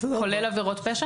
כולל עבירות פשע?